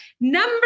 number